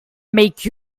make